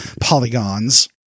polygons